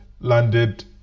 landed